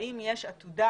האם יש עתודה